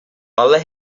alle